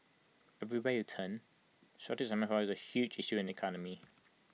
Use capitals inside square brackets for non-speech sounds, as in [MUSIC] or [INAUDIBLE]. everywhere you turn shortage of [UNINTELLIGIBLE] is A [UNINTELLIGIBLE] issue in the economy